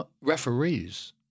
referees